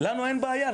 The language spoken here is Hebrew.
לנו אין בעיה,